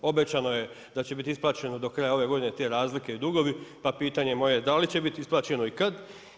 Obećano je da će biti isplaćeno do kraja ove godine te razlike i dugovi, pa pitanje moje da li će biti isplaćeno i kad?